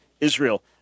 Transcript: Israel